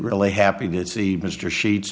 really happy to see mr sheets